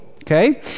Okay